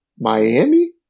Miami